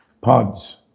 pods